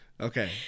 Okay